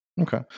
Okay